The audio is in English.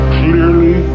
clearly